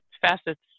facets